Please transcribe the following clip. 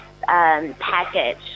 package